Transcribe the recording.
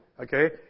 Okay